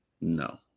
No